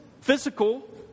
physical